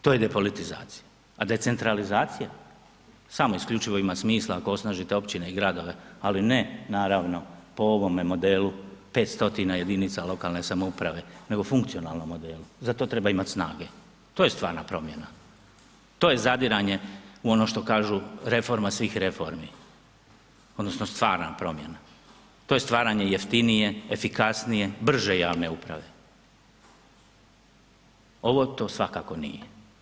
To je depolitizacija, a decentralizacija samo isključivo ima smisla ako osnažite općine i gradove, ali ne naravno po ovome modelu 500 jedinica lokane samouprave, nego funkcionalnom modelu, za to treba imat snage, to je stvarna promjena, to je zadiranje u ono što kažu reforma svih reformi odnosno stvarna promjena, to je stvaranje jeftinije, efikasnije, brže javne uprave, ovo to svakako nije.